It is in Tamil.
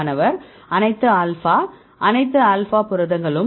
மாணவர் அனைத்து ஆல்பா அனைத்து ஆல்பா புரதங்களும்